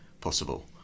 possible